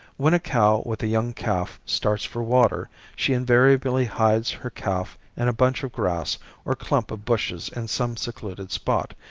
when a cow with a young calf starts for water she invariably hides her calf in a bunch of grass or clump of bushes in some secluded spot,